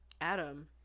adam